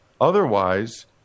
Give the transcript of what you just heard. Otherwise